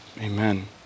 Amen